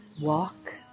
walk